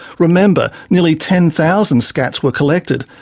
remember, nearly ten thousand scats were collected,